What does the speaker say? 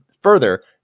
further